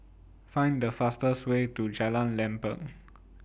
Find The fastest Way to Jalan Lempeng